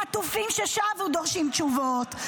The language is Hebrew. החטופים ששבו דורשים תשובות,